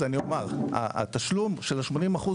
אז אני אומר, התשלום של ה-80%.